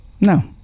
no